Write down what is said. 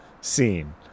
scene